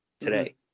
today